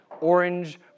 orange